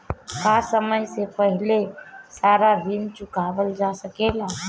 का समय से पहले सारा ऋण चुकावल जा सकेला?